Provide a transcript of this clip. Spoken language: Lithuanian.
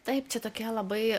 taip čia tokie labai